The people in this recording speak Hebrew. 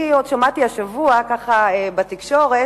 שמעתי השבוע בתקשורת,